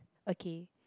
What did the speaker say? okay